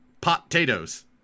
Potatoes